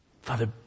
Father